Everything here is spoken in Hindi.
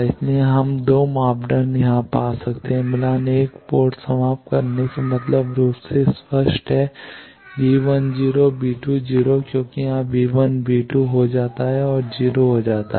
इसलिए हम 2 मापदंड यहां पा सकते हैं मिलान 1 पोर्ट को समाप्त करने का मतलब स्पष्ट रूप से है क्योंकि यहां हो जाता है और 0 हो जाता है